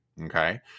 Okay